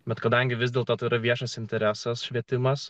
bet kadangi vis dėlto yra viešas interesas švietimas